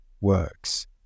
works